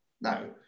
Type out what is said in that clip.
No